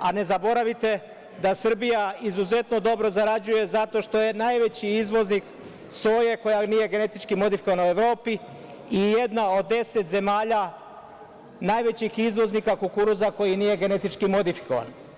a ne zaboravite da Srbija izuzetno dobro zarađuje, zato što je najveći izvoznik soje, koja nije genetički modifikovana, u Evropi i jedna od 10 zemlja najvećih izvoznika kukuruza, koji nije genetički modifikovan.